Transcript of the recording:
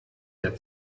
der